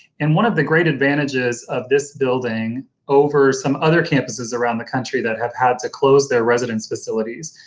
and one of the great advantages of this building over some other campuses around the country that have had to close their residence facilities,